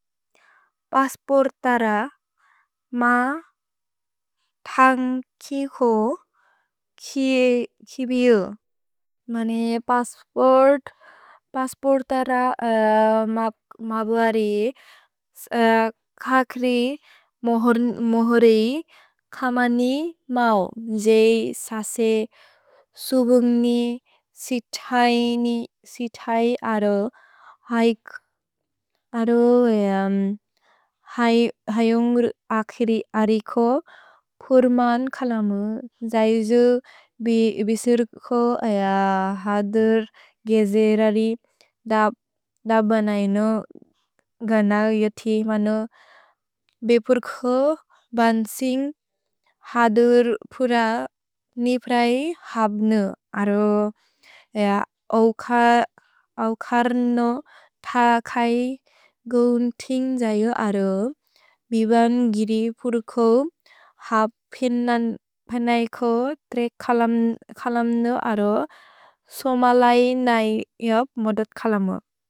पस्पोर्तर म थन्ग् किहो किए किबिउ। मने पस्पोर्तर म ब्वरि खक्रि मोहोरि खमनि मओ जेइ ससे सुबुन्ग्नि सित्थै अरो हयोन्ग् अखिरि अरि को खुर्मन् खलमु। जैजु बि बिसुर्को जदुर् गेजेररि द बनय्नो गन योथि मनो बेपुर्को बन्सिन्ग् जदुर् पुर निप्रै हप्नु अरो औकर्नो थ खै गौथिन्ग् जैयो अरो। भिवन् गिरिपुर्को हपिनन् बनय्को त्रे खलम्नु अरो सोमलै नै योप् मोदत् खलमु।